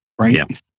Right